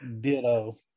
Ditto